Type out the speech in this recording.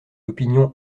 l’opinion